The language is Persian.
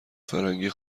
فرنگی